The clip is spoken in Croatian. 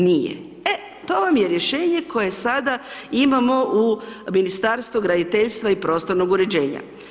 Nije, e to vam je rješenje koje sada imamo u Ministarstvu graditeljstva i prostornog uređenja.